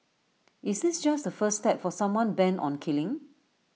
is this just the first step for someone bent on killing